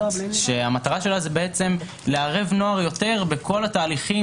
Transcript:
מטרתה היא לערב נוער יותר בכל התהליכים